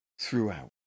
throughout